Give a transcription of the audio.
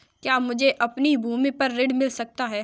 क्या मुझे अपनी भूमि पर ऋण मिल सकता है?